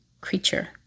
creature